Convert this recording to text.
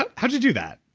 but how did you do that?